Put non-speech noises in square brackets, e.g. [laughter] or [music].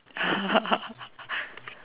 [laughs]